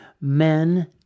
men